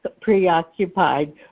preoccupied